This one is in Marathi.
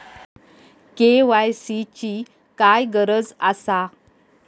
के.वाय.सी ची काय गरज आसा?